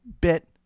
bit